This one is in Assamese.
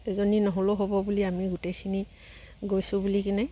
এজনী নহ'লেও হ'ব বুলি আমি গোটেইখিনি গৈছোঁ বুলি কিনে